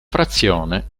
frazione